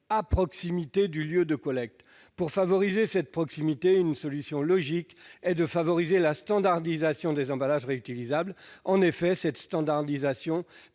à proximité du lieu de collecte. Pour favoriser cette proximité, une solution logique est de favoriser la standardisation des emballages réutilisables. En effet, cette standardisation